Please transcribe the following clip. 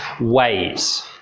ways